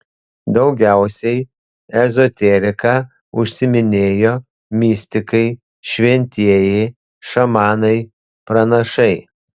daugiausiai ezoterika užsiiminėjo mistikai šventieji šamanai pranašai